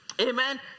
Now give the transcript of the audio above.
Amen